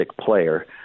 player